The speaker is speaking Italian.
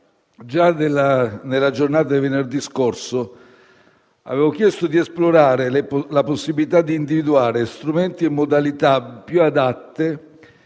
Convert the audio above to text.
già nella giornata di venerdì scorso avevo chiesto di esplorare la possibilità di individuare strumenti e modalità più adatti